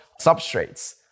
substrates